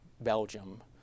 Belgium